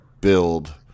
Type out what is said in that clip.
build